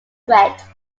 threat